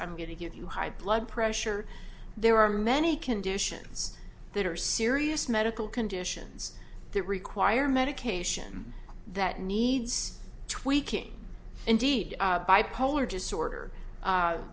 i'm going to give you high blood pressure there are many conditions that are serious medical conditions that require medication that needs tweaking indeed bipolar disorder